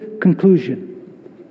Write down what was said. conclusion